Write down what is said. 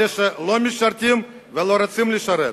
אלה שלא משרתים ולא רוצים לשרת.